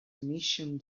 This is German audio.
mission